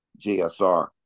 GSR